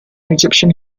egyptian